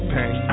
Pain